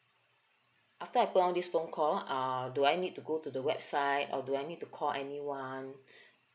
after I put down this phone call uh do I need to go to the website or do I need to call anyone